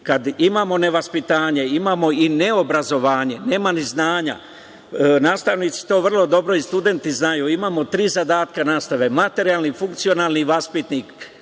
Kada imamo nevaspitanje, imamo i neobrazovanje, nema ni znanja. Nastavnici i studenti to vrlo dobro znaju. Imamo tri zadatka nastave – materijalni, funkcionalni i vaspitni,